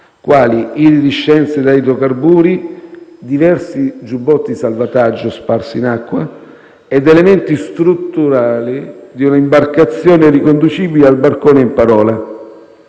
quali iridescenze da idrocarburi, diversi giubbotti di salvataggio sparsi in acqua ed elementi strutturali di un'imbarcazione riconducibile al barcone in parola.